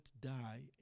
die